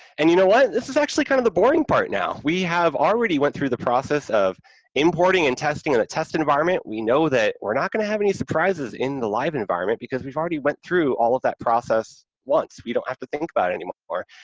and you know what? this is actually kind of the boring part now. we have already went through the process of importing and testing in the test environment, we know that we're not going to have any surprises in the live environment, because we've already went through all of that process once, we don't have to think about it anymore,